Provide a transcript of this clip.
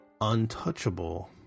Untouchable